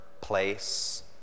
place